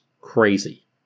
crazy